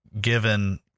given